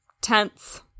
Tense